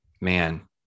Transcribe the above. Man